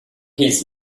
his